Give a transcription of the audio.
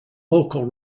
local